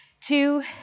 two